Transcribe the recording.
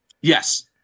Yes